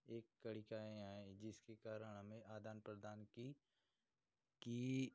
एक कड़ीकाएँ हैं जिसके कारण हमें आदान प्रदान की की